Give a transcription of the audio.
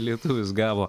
lietuvis gavo